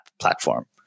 platform